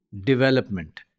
development